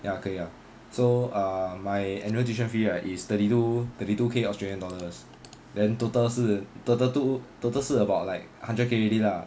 ya 可以 ah so err my annual tuition fee right is thirty-two K australian dollars then total 是 thirty-two total 是 about like hundred K already lah